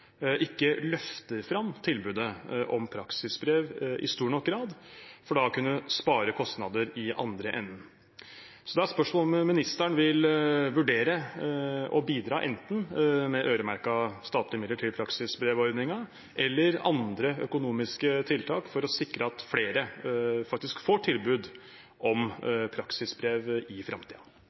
ikke løfter fram tilbudet om praksisbrev i stor nok grad, for da å kunne spare kostnader i andre enden. Da er spørsmålet om ministeren vil vurdere å bidra med enten øremerkede statlige midler til praksisbrevordningen eller andre økonomiske tiltak for å sikre at flere faktisk får tilbud om praksisbrev i